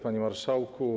Panie Marszałku!